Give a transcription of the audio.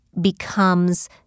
becomes